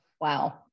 wow